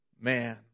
man